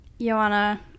Joanna